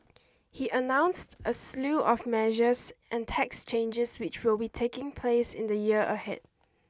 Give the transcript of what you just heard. he announced a slew of measures and tax changes which will be taking place in the year ahead